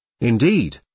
Indeed